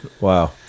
wow